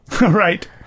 Right